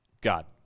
God